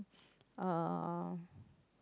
uh